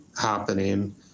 happening